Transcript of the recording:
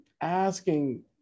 asking